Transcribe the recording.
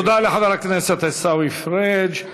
תודה לחבר הכנסת עיסאווי פריג'.